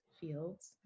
fields